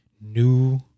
new